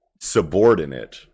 subordinate